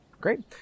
Great